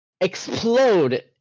explode